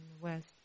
West